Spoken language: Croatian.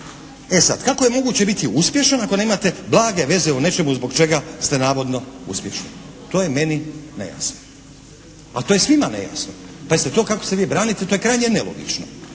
E sad kako je moguće biti uspješan ako nemate blage veze o nečemu zbog čega ste navodno uspješni. To je meni nejasno. A to je svima nejasno. Pazite, to kako se vi branite to je krajnje nelogično.